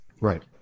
Right